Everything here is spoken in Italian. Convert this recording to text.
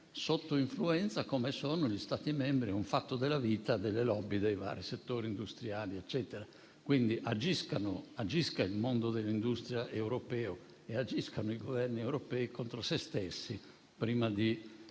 sotto influenza, come sono gli Stati membri (è un fatto della vita), delle *lobby* dei vari settori industriali eccetera. Agisca quindi il mondo dell'industria europeo e agiscano i Governi europei contro sé stessi prima di